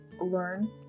learn